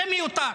זה מיותר.